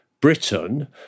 Britain